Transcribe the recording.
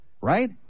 Right